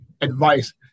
advice